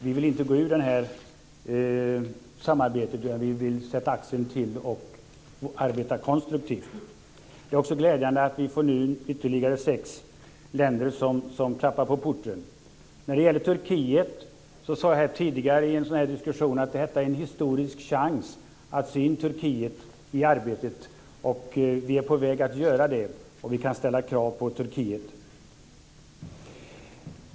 Vi vill inte gå ur det här samarbetet, utan vi vill sätta axeln till och arbeta konstruktivt. Det är också glädjande att det nu blir ytterligare sex länder som klappar på porten. När det gäller Turkiet sade jag tidigare i en liknande diskussion att detta är en historisk chans att sy in Turkiet i arbetet. Vi är på väg att göra det, och vi kan ställa krav på Turkiet.